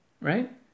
right